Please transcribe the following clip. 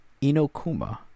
Inokuma